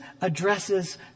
addresses